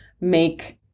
make